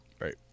right